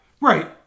Right